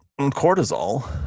cortisol